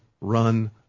run